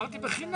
לא אמרתי בחינם.